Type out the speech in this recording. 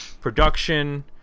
production